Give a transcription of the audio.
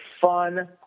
fun